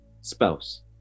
spouse